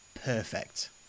perfect